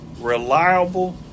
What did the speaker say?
reliable